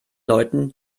leuten